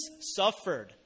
suffered